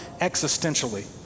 existentially